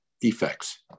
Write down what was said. defects